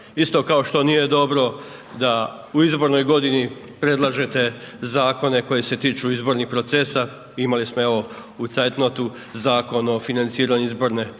Isto kao što nije dobro da u izbornoj godini predlažete zakone koji se tiču izbornih procesa, imali smo evo, u zeit notu Zakon o financiranju izborne